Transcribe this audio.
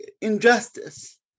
injustice